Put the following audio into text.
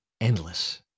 endless